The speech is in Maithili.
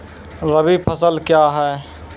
रबी फसल क्या हैं?